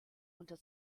unter